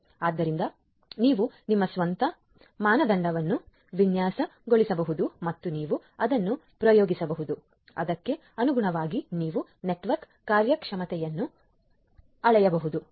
ಆದ್ದರಿಂದ ನಿಮ್ಮ ಸ್ವಂತ ಮಾನದಂಡವನ್ನು ವಿನ್ಯಾಸಗೊಳಿಸಬಹುದು ಮತ್ತು ನೀವು ಅದನ್ನು ಪ್ರಯೋಗಿಸಬಹುದು ಮತ್ತು ಅದಕ್ಕೆ ಅನುಗುಣವಾಗಿ ನೀವು ನೆಟ್ವರ್ಕ್ ಕಾರ್ಯಕ್ಷಮತೆಯನ್ನು ಅಳೆಯಬಹುದು